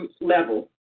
level